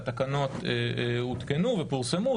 התקנות הותקנו ופורסמו,